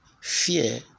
fear